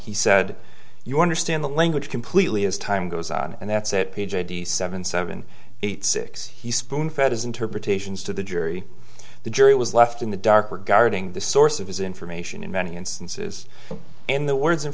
he said you understand the language completely as time goes on and that's it page eighty seven seven eight six he spoon fed his interpretations to the jury the jury was left in the dark regarding the source of his information in many instances in the words and